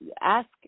Ask